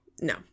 No